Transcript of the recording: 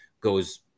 goes